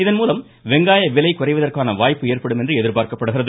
இதன்மூலம் வெங்காயவிலை குறைவதற்கான வாய்ப்பு ஏற்படும் என எதிர்பார்க்கப்படுகிறது